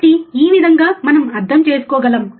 కాబట్టి ఈ విధంగా మనం అర్థం చేసుకోగలం